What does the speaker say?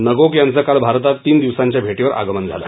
Ngoc यांचं काल भारतात तीन दिवसांच्या भेटीवर आगमन झालं